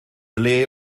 ble